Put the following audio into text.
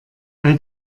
bei